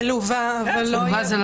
מלווה זה לא